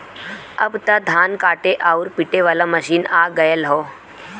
अब त धान काटे आउर पिटे वाला मशीन आ गयल हौ